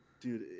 dude